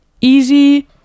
Easy